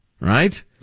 right